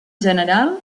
general